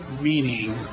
meaning